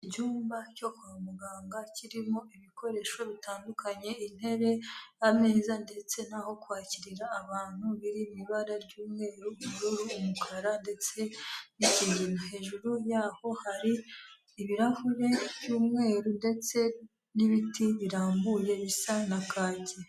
Icyumba cyo kwa muganga, kirimo ibikoresho bitandukanye, intebe, ameza, ndetse n'aho kwakirira abantu, biri mu ibara ry'umweru, ubururu, umukara, ndetse n'ikigina. Hejuru yaho hari ibirahuri by'umweru, ndetse n'ibiti birambuye bisa na kaki.